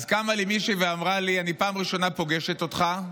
קמה מישהי ואמרה לי: אני פעם ראשונה פוגשת אותך.